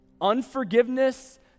Unforgiveness